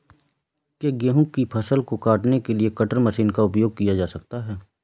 क्या गेहूँ की फसल को काटने के लिए कटर मशीन का उपयोग किया जा सकता है?